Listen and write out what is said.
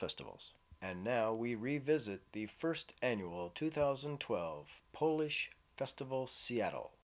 festivals and now we revisit the first annual two thousand and twelve polish festival seattle